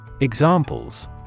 Examples